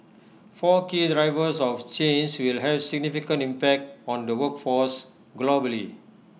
four key drivers of change will have significant impact on the workforce globally